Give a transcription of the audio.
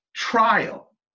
Trial